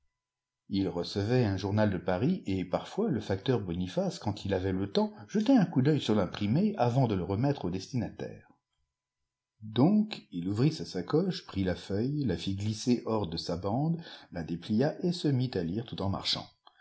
ii recevait un journal de paris et parfois le facteur boniface quand il avait le temps jetait un coup d'œil sur l'imprimé avant de le remettre au destinataire donc il ouvrit sa sacoche prit la feuille la fit glisser hors de sa bande la déplia et se mit à lire tout en marchant